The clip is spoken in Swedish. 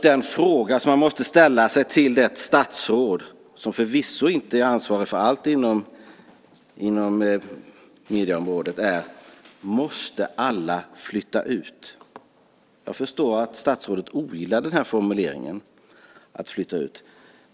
Den fråga som man måste ställa till statsrådet, som förvisso inte är ansvarig för allt inom medieområdet är: Måste alla flytta ut? Jag förstår att statsrådet ogillar formuleringen "flytta ut".